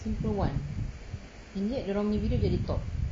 simple one is it dia orang punya video jadi top